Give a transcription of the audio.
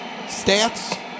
Stats